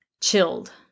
chilled